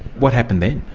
what happened then?